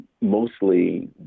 mostly